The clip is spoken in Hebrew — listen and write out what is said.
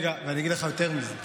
אגיד לך יותר מזה.